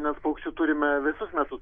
mes paukščių turime visus metus